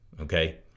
Okay